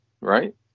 Right